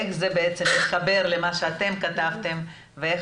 איך זה בעצם מתחבר למה שאתם כתבתם ואיך